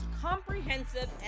comprehensive